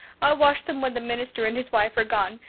i'll wash them when the minister and his wife are gone,